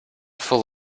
full